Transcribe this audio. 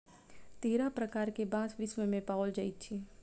तेरह प्रकार के बांस विश्व मे पाओल जाइत अछि